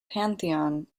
pantheon